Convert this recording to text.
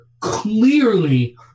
clearly